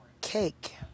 cake